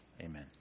Amen